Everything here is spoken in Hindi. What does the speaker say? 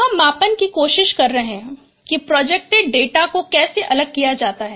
अब हम मापने की कोशिश कर रहे हैं कि प्रोजेक्टेड डेटा को कैसे अलग किया जाता है